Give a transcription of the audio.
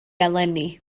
eleni